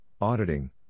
auditing